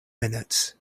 minutes